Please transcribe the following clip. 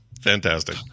Fantastic